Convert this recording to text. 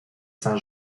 saint